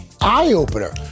eye-opener